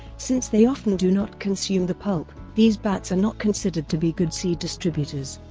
since they often do not consume the pulp, these bats are not considered to be good seed distributors.